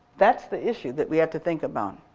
that's the issue that we have to think about.